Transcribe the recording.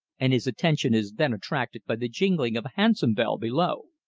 and his attention is then attracted by the jingling of a hansom bell below.